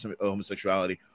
homosexuality